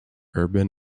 urban